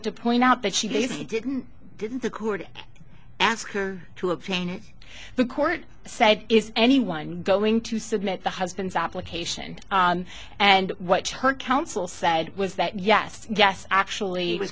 to point out that she didn't didn't the court ask her to obtain the court said is anyone going to submit the husband's application and what's her counsel said was that yes yes actually i was